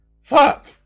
Fuck